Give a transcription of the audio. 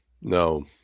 no